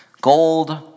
Gold